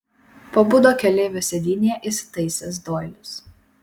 pabudo keleivio sėdynėje įsitaisęs doilis